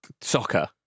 soccer